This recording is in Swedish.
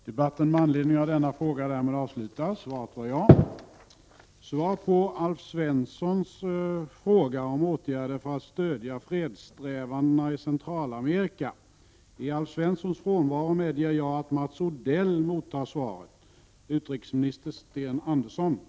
Fredsprocessen i Nicaragua har tagit nya steg i rätt riktning. Sverige har — vilket ofta understrukits av regeringen och utrikesministern — all anledning att med de medel som står vårt land till buds främja fredssträvandena. Prot. 1987/88:53 Är regeringen beredd att ekonomiskt stötta det centralamerikanska 19 januari 1988 parlament som kommer att byggas upp?